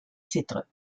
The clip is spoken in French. titres